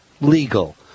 legal